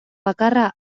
bakarra